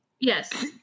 yes